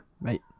Right